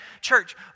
Church